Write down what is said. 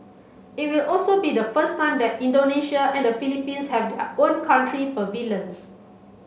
it will also be the first time that Indonesia and the Philippines have their own country pavilions